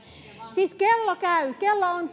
siis kello käy kello on